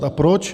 A proč?